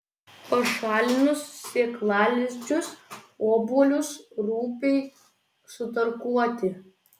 pašalinus sėklalizdžius obuolius rupiai sutarkuoti